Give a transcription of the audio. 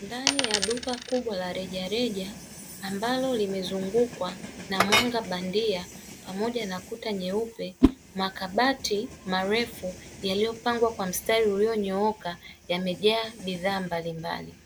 Ndani ya duka kubwa la rejareja ambalo limezungukwa na mwanga bandia pamoja na kuta nyeupe, makabati marefu yaliyopangwa kwa mstari uliyonyooka yamejaa bidhaa mbalimbali;